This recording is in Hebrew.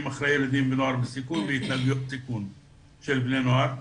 אחרי ילדים ונוער בסיכון והתנהגויות של בני נוער.